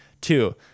two